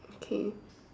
okay